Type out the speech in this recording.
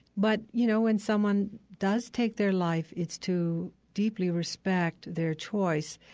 but, you know, when someone does take their life, it's to deeply respect their choice.